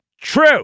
true